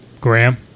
Graham